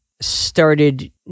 started